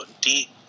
deep